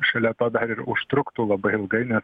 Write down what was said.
šalia to dar ir užtruktų labai ilgai nes